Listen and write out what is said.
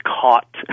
caught